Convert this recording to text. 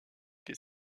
des